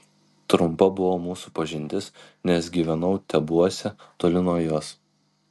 trumpa buvo mūsų pažintis nes gyvenau tebuose toli nuo jos